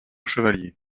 chevalier